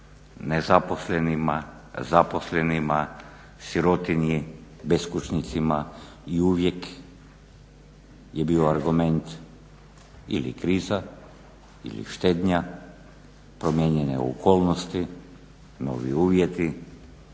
nezaposlenima, zaposlenima, sirotinji, beskućnicima i uvijek je bio argument ili kriza ili štednja promjene okolnosti, novi uvjeti.